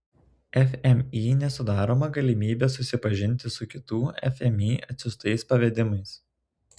fmį nesudaroma galimybė susipažinti su kitų fmį atsiųstais pavedimais